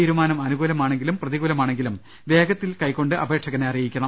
തീരുമാനം അനുകൂലമാ ണെങ്കിലും പ്രതികൂലമാണെങ്കിലും പ്രവേഗത്തിൽ കൈക്കൊണ്ട് അപേക്ഷകനെ അറിയിക്കണം